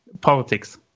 politics